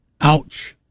Ouch